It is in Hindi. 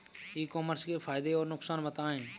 ई कॉमर्स के फायदे और नुकसान बताएँ?